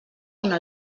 una